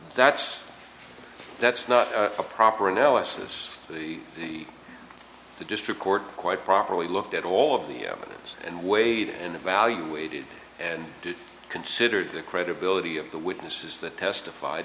that's that's not a proper analysis the the the district court quite properly looked at all of the evidence and weighed and evaluated and considered the credibility of the witnesses that testified